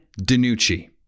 DiNucci